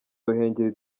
ruhengeri